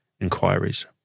inquiries